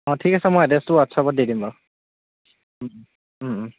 অঁ ঠিক আছে মই এড্ৰেছটো হোৱাটছাপত দি দিম বাৰু